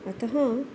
अतः